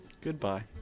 goodbye